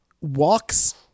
walks